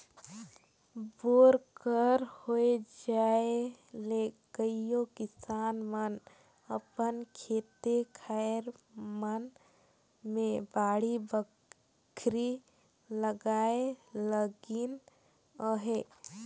bore कर होए जाए ले कइयो किसान मन अपन खेते खाएर मन मे बाड़ी बखरी लगाए लगिन अहे